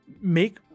make